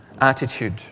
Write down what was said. attitude